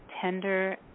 tender